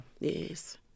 Yes